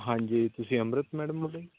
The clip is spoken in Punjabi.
ਹਾਂਜੀ ਤੁਸੀਂ ਅੰਮ੍ਰਿਤ ਮੈਡਮ ਬੋਲਦੇ